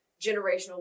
generational